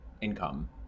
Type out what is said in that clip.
income